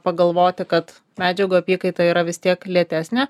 pagalvoti kad medžiagų apykaita yra vis tiek lėtesnė